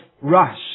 rush